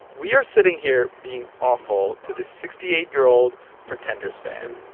we are sitting here being awful to this sixty eight year old pretenders fan.